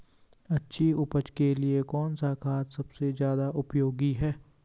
अच्छी उपज के लिए कौन सा खाद सबसे ज़्यादा उपयोगी है?